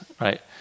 right